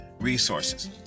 resources